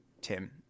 Tim